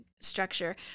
structure